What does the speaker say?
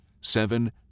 seven